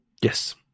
Yes